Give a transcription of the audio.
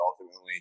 ultimately